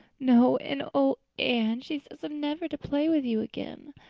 no and oh, anne, she says i'm never to play with you again.